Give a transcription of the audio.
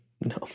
No